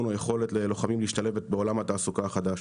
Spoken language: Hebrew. או יכולת ללוחמים להשתלב בעולם התעסוקה החדש.